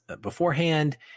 beforehand